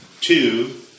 two